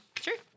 Sure